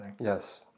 Yes